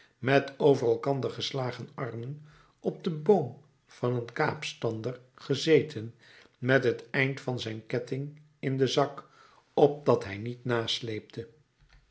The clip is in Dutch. met over elkander geslagen armen op den boom van een kaapstander gezeten met het eind van zijn ketting in den zak opdat hij niet nasleepte